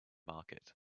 market